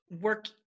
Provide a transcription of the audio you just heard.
work